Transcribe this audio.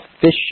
fish